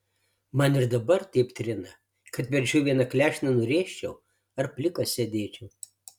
man ir dabar taip trina kad verčiau vieną klešnę nurėžčiau ar plikas sėdėčiau